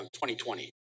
2020